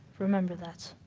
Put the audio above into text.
remember that.